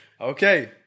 Okay